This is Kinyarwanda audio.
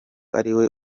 ariwe